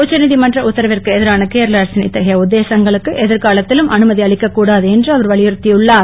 உச்சநீதிமன்ற உத்தரவிற்கு எதிரான கேரள அரசின் இத்தகைய உத்தேசங்களுக்கு எதிர்காலத்திலும் அனுமதி அளிக்கக் கூடாது என்று அவர் வலியுறுத்தி உள்ளார்